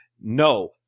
No